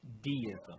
deism